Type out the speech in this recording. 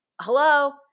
hello